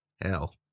Hell